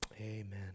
Amen